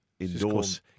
endorse